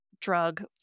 drug